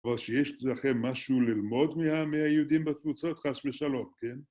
כבר שיש לכם משהו ללמוד מהיהודים בתפוצות חס בשלום, כן?